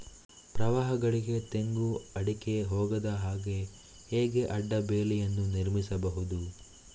ಪ್ರವಾಹಗಳಿಗೆ ತೆಂಗು, ಅಡಿಕೆ ಹೋಗದ ಹಾಗೆ ಹೇಗೆ ಅಡ್ಡ ಬೇಲಿಯನ್ನು ನಿರ್ಮಿಸಬಹುದು?